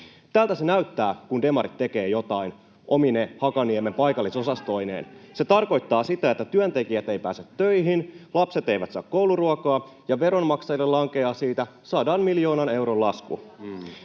Tältä se näyttää, kun demarit tekevät jotain omine Hakaniemen paikallisosastoineen. [Mai Kivelän välihuuto] Se tarkoittaa sitä, että työntekijät eivät pääse töihin, lapset eivät saa kouluruokaa ja veronmaksajille lankeaa siitä 100 miljoonan euron lasku.